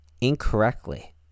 incorrectly